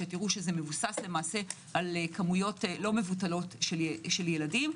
מבוסס על כמויות לא מבוטלות של ילדים.